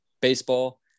baseball